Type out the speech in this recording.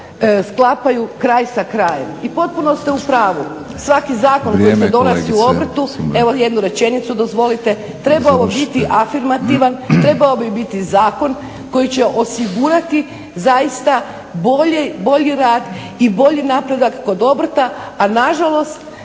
…/Upadica: Vrijeme kolegice Sumrak. Završite./… … donosi u obrtu, evo jednu rečenicu dozvolite, trebao biti afirmativan, trebao bi biti zakon koji će osigurati zaista bolji rad i bolji napredak kod obrta a nažalost